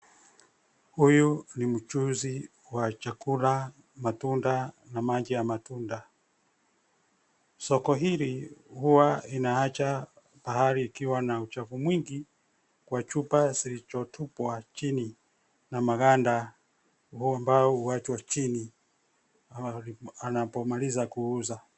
Huyu ni mchuuzi wa chakula, matunda, na maji ya matunda. Soko hili huwa inaacha bahari ikiwa na uchafu mwingi, kwa chupa zilizotupwa chini, na maganda ambao huachwa chini, anapomaliza kuuza.